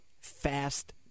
fast